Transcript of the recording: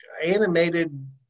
animated